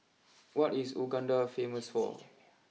what is Uganda famous for